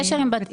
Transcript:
בית